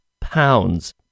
pounds